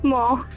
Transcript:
More